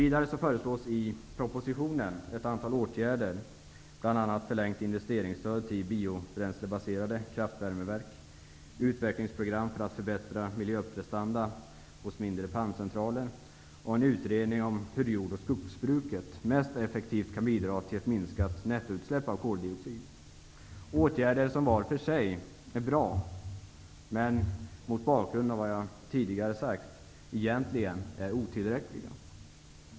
Vidare föreslås i propositionen ett antal åtgärder, bl.a. förlängt investeringsstöd til biobränslebaserade kraftvärmeverk, utvecklingsprogram för att förbättra miljöprestanda hos mindre panncentraler och en utredning om hur jord och skogsbruk mest effektivt kan bidra till ett minskat nettoutsläpp av koldioxid. Det är åtgärder som var för sig är bra, men mot bakgrund av vad jag tidigare har sagt ser man att de egentligen är otillräckliga.